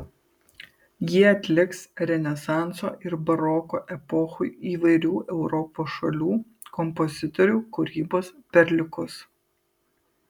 jie atliks renesanso ir baroko epochų įvairių europos šalių kompozitorių kūrybos perliukus